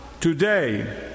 Today